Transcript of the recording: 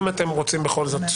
אם אתם רוצים בכל זאת